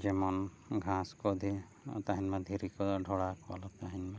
ᱡᱮᱢᱚᱱ ᱜᱷᱟᱥ ᱠᱚ ᱟᱞᱚ ᱛᱟᱦᱮᱱ ᱢᱟ ᱫᱷᱤᱨᱤ ᱠᱚ ᱰᱷᱚᱲᱟ ᱠᱚ ᱟᱞᱚ ᱛᱟᱦᱮᱱ ᱢᱟ